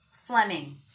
Fleming